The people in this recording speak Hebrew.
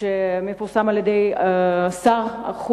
שרים נכבדים,